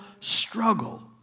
struggle